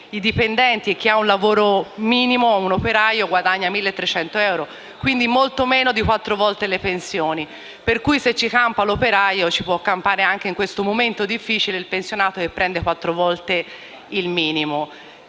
i dipendenti e chi ha un lavoro minimo, un operaio, guadagnano 1.300 euro, quindi molto meno di quattro volte le pensioni; se ci campa l'operaio, ci può campare in questo momento difficile il pensionato che prende quattro volte il minimo.